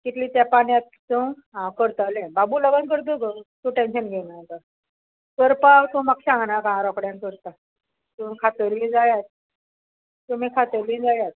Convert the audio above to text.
कितल्या तेंपान येता तूं हांव करतलें बाबू लागून करता गो तूं टॅन्शन घेयनाका करपा तूं म्हाका सांगनाका हांव रोकडें करतां तूं खातली जायात तुमी खातली जायात